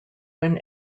when